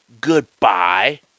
goodbye